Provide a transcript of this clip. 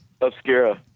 Obscura